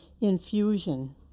infusion